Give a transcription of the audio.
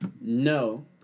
No